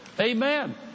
Amen